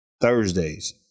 Thursdays